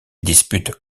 dispute